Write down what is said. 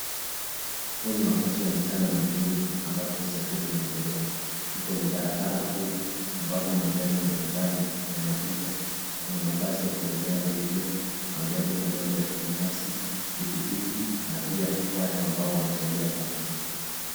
Huu ni wakati wa mchana mjini ambapo usafiri unaendelea. Ni kwenye barabara kuu ambapo magari mbalimbali yanapita. Kuna mabasi ya kubebea abiria, magari madogo ya kibinafsi, pikipiki na pia watu ambao wanatembea kwa miguu